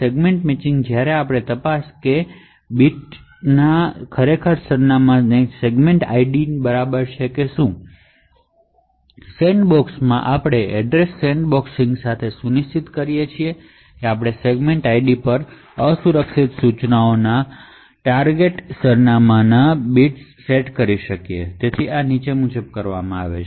segment matching આપણે એ check કરતાં હતા હાયર સરનામાંવાળા બિટ્સ સેગમેન્ટ ID ને બરાબર છે જ્યારે સેન્ડબોક્સિંગમાં આપણે એડ્રેસ સેન્ડબોક્સિંગ સાથે સુનિશ્ચિત કરીએ છીએ કે આપણે અસુરક્ષિત ઇન્સટ્રકશનના ટાર્ગેટ સરનામાના હાયર બિટ્સ ને સેગમેન્ટ આઈડી પર સેટ કરીએ છીએ આ નીચે મુજબ કરવામાં આવે છે